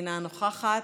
אינה נוכחת,